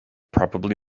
probably